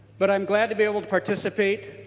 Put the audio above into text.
but i'm glad to be able to participate.